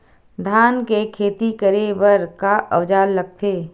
धान के खेती करे बर का औजार लगथे?